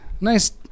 nice